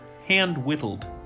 hand-whittled